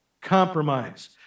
compromise